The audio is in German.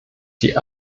die